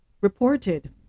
reported